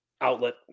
outlet